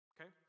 okay